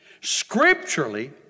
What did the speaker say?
Scripturally